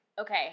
okay